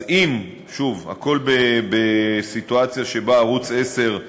אז אם, שוב, הכול בסיטואציה שבה ערוץ 10,